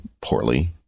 poorly